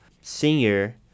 senior